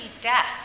death